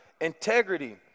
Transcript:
Integrity